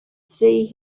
see